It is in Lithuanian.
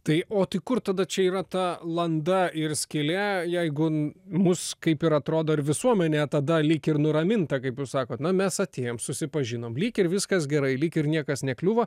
tai o tai kur tada čia yra ta landa ir skylė jeigu mus kaip ir atrodo ir visuomenė tada lyg ir nuraminta kaip jūs sakot na mes atėjom susipažinom lyg ir viskas gerai lyg ir niekas nekliūva